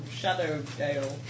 Shadowdale